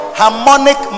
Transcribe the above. harmonic